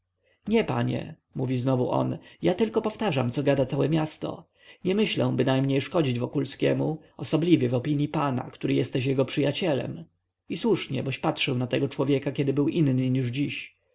nie panie mówi znowu on ja tylko powtarzam co gada całe miasto nie myślę bynajmniej szkodzić wokulskiemu osobliwie w opinii pana który jesteś jego przyjacielem i słusznie boś patrzył na tego człowieka kiedy był inny niż dziś